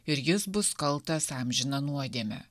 ir jis bus kaltas amžiną nuodėmę